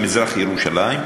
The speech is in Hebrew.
את מזרח-ירושלים,